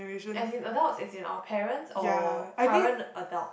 as in adults as in our parents or current adult